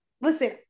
listen